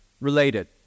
related